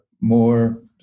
more